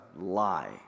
lie